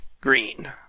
Green